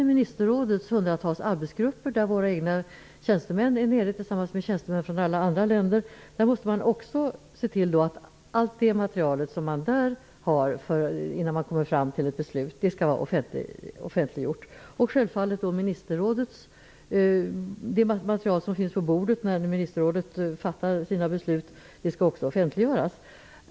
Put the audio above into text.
I ministerrådets hundratals arbetsgrupper, där våra tjänstemän befinner sig tillsammans med tjänstemän från andra länder, behandlas allt material innan man kommer fram till beslut. Man måste se till att det materialet skall vara offentliggjort. Det material som finns på bordet när ministerrådet fattar sina beslut skall också offentliggöras.